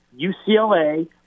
UCLA